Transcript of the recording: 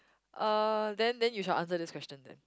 uh then then you shall answer this question then